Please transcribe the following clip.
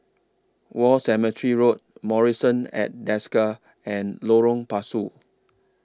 War Cemetery Road Marrison At Desker and Lorong Pasu